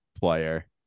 player